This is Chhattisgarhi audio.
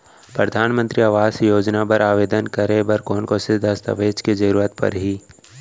परधानमंतरी आवास योजना बर आवेदन करे बर कोन कोन से दस्तावेज के जरूरत परही?